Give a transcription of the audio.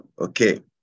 Okay